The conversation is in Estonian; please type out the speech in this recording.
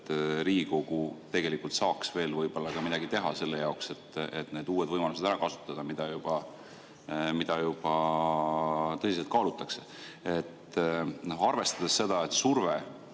et Riigikogu tegelikult saaks veel võib-olla midagi teha selle jaoks, et need uued võimalused ära kasutada, mida juba tõsiselt kaalutakse. Arvestades seda, et surve